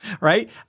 right